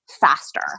faster